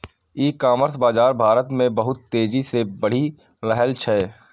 ई commerce बाजार भारत मे बहुत तेजी से बढ़ि रहल छै